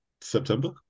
September